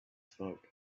smoke